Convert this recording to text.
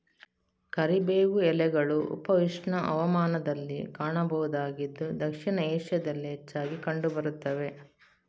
ಕರಿಬೇವು ಎಲೆಗಳು ಉಪ ಉಷ್ಣ ಹವಾಮಾನದಲ್ಲಿ ಕಾಣಬಹುದಾಗಿದ್ದು ದಕ್ಷಿಣ ಏಷ್ಯಾದಲ್ಲಿ ಹೆಚ್ಚಾಗಿ ಕಂಡು ಬರುತ್ತವೆ